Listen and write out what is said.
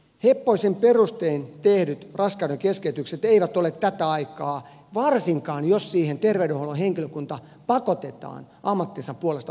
heppoisin perustein tehdyt raskaudenkeskeytykset eivät ole tätä aikaa varsinkaan jos siihen terveydenhuollon henkilökunta pakotetaan ammattinsa puolesta osallistumaan